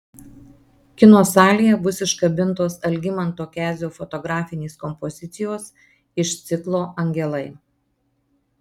kino salėje bus iškabintos algimanto kezio fotografinės kompozicijos iš ciklo angelai